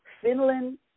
Finland